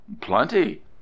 Plenty